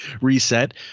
reset